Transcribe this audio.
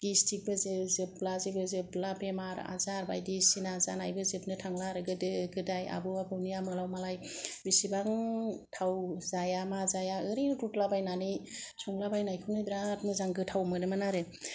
गेसट्रिबो जोबला जेबो जोबला बेमार आजार बायदिसिना जानायबो जोबनो थांला आरो गोदो गोदाय आबौ आबैनि आमोलाव मालाय बिसिबां थाव जाया मा जाया ओरैनो रुला बायनानै संला बायनायखौनो बेराद मोजां गोथाव मोनोमोन आरो